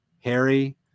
Harry